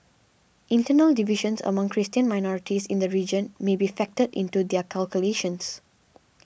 internal divisions among Christian minorities in the region may be factored into their calculations